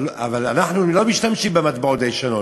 אבל אנחנו לא משתמשים במטבעות ישנים.